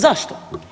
Zašto?